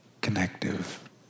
connective